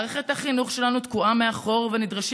מערכת החינוך שלנו תקועה מאחור ונדרשים